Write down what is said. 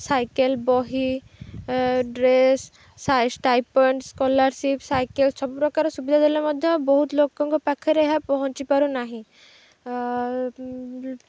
cycle ବହି dress stipend scholarship cycle ସବୁପ୍ରକାର ସୁବିଧା ଦେଲେ ମଧ୍ୟ ବହୁତ ଲୋକଙ୍କ ପାଖରେ ଏହା ପହଞ୍ଚି ପାରୁନାହିଁ